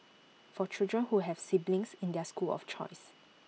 for children who have siblings in their school of choice